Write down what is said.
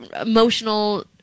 emotional